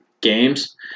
Games